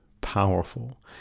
powerful